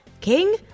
King